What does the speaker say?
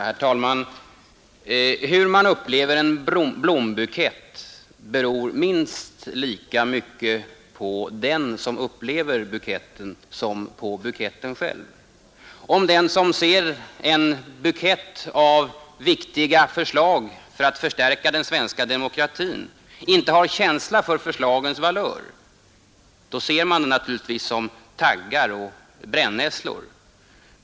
Herr talman! Hur man upplever en blombukett beror minst lika mycket på den som betraktar blombuketten som på buketten själv. Om den som ser en bukett av viktiga förslag för att förstärka den svenska demokratin inte har känsla för förslagens valör, då ser han den naturligtvis som taggar och brännässlor.